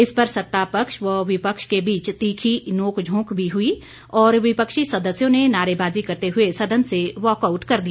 इस पर सत्ता पक्ष व विपक्ष के बीच तीखी नोक झोंक भी हुई और विपक्षी सदस्यों ने नारेबाजी करते हुए संदन से वॉकआउट कर दिया